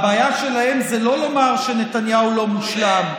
הבעיה שלהם זה לא לומר שנתניהו לא מושלם.